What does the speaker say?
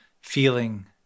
feeling